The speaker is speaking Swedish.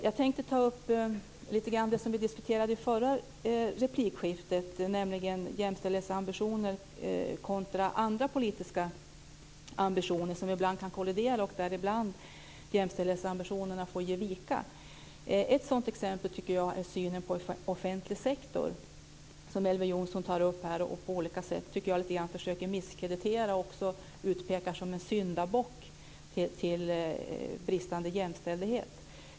Jag tänkte lite grann ta upp det som vi diskuterade i det förra replikskiftet, nämligen jämställdhetsambitioner kontra andra politiska ambitioner som ibland kan kollidera. Och jämställdhetsambitionerna får ibland ge vika. Ett sådant exempel tycker jag handlar om synen på den offentliga sektorn, som Elver Jonsson tog upp. Jag tycker att han på olika sätt lite grann försöker misskreditera den och han utpekar den också som en syndabock när det gäller bristande jämställdhet.